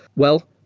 well,